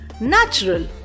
natural